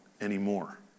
anymore